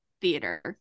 theater